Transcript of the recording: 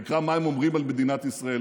תקרא מה הם אומרים על מדינת ישראל.